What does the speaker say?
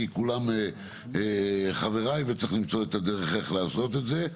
כי כולם חבריי וצריך למצוא את הדרך איך לעשות את זה.